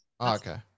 Okay